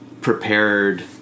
prepared